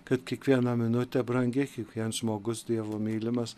kad kiekviena minutė brangi kiekvienas žmogus dievo mylimas